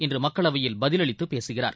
இன்று மக்களவையில் பதிலளித்து பேசுகிறார்